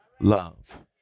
love